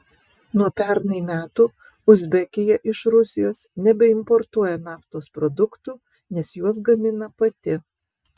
nuo pernai metų uzbekija iš rusijos nebeimportuoja naftos produktų nes juos gamina pati